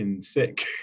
sick